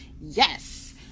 yes